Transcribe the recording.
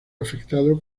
afectado